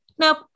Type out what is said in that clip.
nope